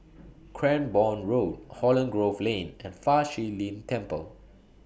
Cranborne Road Holland Grove Lane and Fa Shi Lin Temple